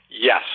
Yes